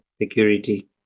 security